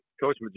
Coach